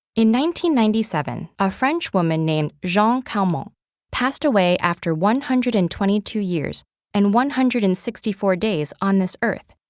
ninety ninety seven, a french woman named jeanne calment passed away after one hundred and twenty two years and one hundred and sixty four days on this earth,